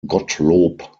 gottlob